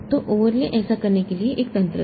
तो ओवरले ऐसा करने के लिए एक तंत्र था